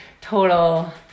total